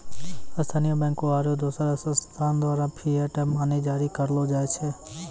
स्थानीय बैंकों आरू दोसर संस्थान द्वारा फिएट मनी जारी करलो जाय छै